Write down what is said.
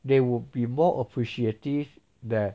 they will be more appreciative that